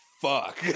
fuck